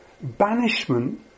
banishment